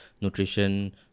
nutrition